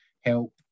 help